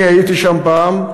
אני הייתי שם פעם,